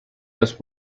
los